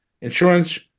insurance